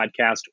Podcast